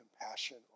compassion